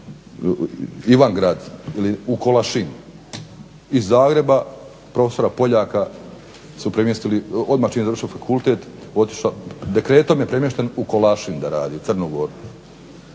Ivangrad ili KOlašin. Iz Zagreba profesora Poljaka su premjestili, odmah čim je završio fakultet, dekretom je premješten u KOlašin da radi u Crnu Goru.